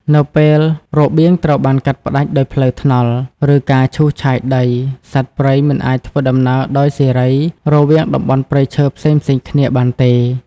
នៅពេលរបៀងត្រូវបានកាត់ផ្តាច់ដោយផ្លូវថ្នល់ ឬការឈូសឆាយដី សត្វព្រៃមិនអាចធ្វើដំណើរដោយសេរីរវាងតំបន់ព្រៃឈើផ្សេងៗគ្នាបានទេ។